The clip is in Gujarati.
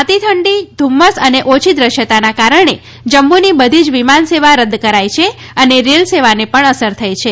અતિ ઠંડી ધુમ્મસ અને ઓછી દ્રશ્યતાને કારણે જમ્મુની બધી જ વિમાન સેવા રદ કરાઇ છે અને રેલ સેવાને પણ અસર થઇ છે